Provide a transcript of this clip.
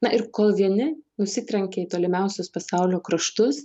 na ir kol vieni nusitrenkė į tolimiausius pasaulio kraštus